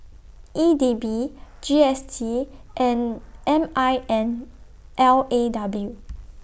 E D B G S T and M I N L A W